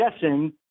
guessing